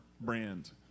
brand